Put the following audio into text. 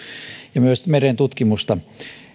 ja myös merentutkimusta